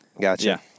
gotcha